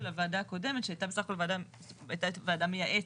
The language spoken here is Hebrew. הוועדה הקודמת שהייתה בסך הכל ועדה מייעצת.